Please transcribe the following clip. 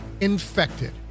Infected